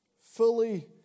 Fully